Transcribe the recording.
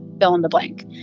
fill-in-the-blank